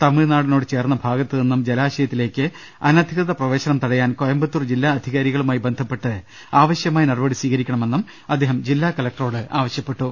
തമിഴ്നാടിനോട് ചേർന്ന ഭാഗത്തുനിന്നും ജലാശ യത്തിലേക്ക് അനധികൃത പ്രവേശനം തടയാൻ കോയമ്പത്തൂർ ജില്ലാ അധി കാരികളുമായി ബന്ധപ്പെട്ട് ആവശ്യമായ നടപടി സ്വീകരിക്കണമെന്നും അദ്ദേഹം ജില്ലാ കലക്ടറോട് ആവശ്യപ്പെട്ടു